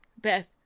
Beth